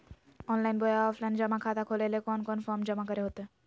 Online बोया offline जमा खाता खोले ले कोन कोन फॉर्म जमा करे होते?